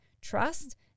trust